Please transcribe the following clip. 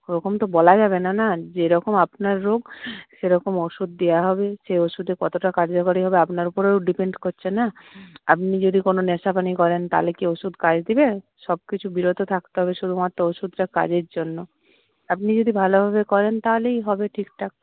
ওরকম তো বলা যাবে না না যেরকম আপনার রোগ সেরকম ওষুধ দেওয়া হবে সেই অসুধে কতটা কার্যকরি হবে আপনার উপরেও ডিপেন্ড করছে না আপনি যদি কোনও নেশাপানি করেন তাহলে কি ওষুধ কাজ দেবে সবকিছু বিরত থাকতে হবে শুধু মাত্র ওষুধটা কাজের জন্য আপনি যদি ভালোভাবে করেন তাহলেই হবে ঠিকঠাক